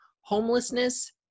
homelessness